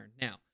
Now